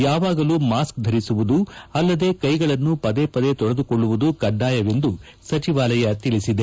ಯಾವಾಗಲೂ ಮಾಸ್ಕ್ ಧರಿಸುವುದು ಅಲ್ಲದೇ ಕೈಗಳನ್ನು ಪದೇ ಪದೇ ತೊಳೆದುಕೊಳ್ಳುವುದು ಕಡ್ಡಾಯವೆಂದು ಸಚಿವಾಲಯ ತಿಳಿಸಿದೆ